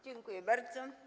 Dziękuję bardzo.